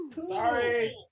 sorry